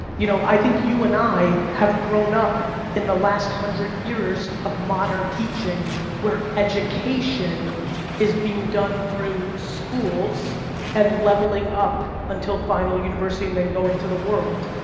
you know i think you and i have grown up in the last hundred years of modern teaching where education is being done through schools and leveling up until final university and then go into the world.